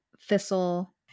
Thistle